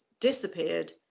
disappeared